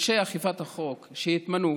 אנשי אכיפת החוק שהתמנו,